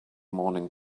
morning